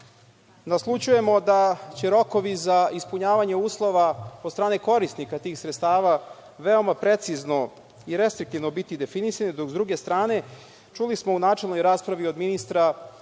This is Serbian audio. naslućujemo da će rokovi za ispunjavanje uslova od strane korisnika tih sredstava veoma precizno i restriktivno biti definisani, dok s druge strane, čuli smo u načelnoj raspravi od ministra